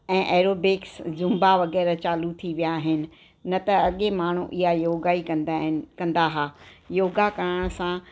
ऐं aerobics zumba वग़ैरह चालू थी विया आहिनि न त अॻे माण्हू ईअं योगा ई कंदा आहिनि कंदा हा योगा करण सां